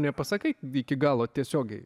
nepasakai iki galo tiesiogiai